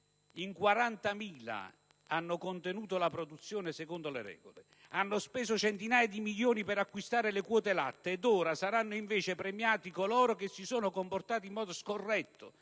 In 40.000 hanno contenuto la produzione secondo le regole, hanno speso centinaia di milioni di euro per acquistare le quote latte ed ora saranno invece premiati coloro che si sono comportati in modo scorretto,